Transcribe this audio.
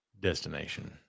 destination